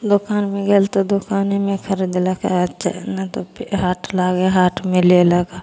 दोकानमे गेल तऽ दोकानेमे खरिदलक नहि तऽ हाट लागै हइ हाटमे लेलक